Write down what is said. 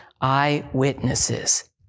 eyewitnesses